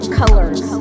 colors